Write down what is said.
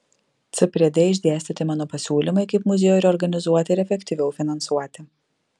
c priede išdėstyti mano pasiūlymai kaip muziejų reorganizuoti ir efektyviau finansuoti